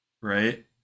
Right